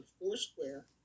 Foursquare